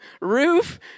roof